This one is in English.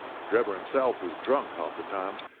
drebber himself was drunk half the time,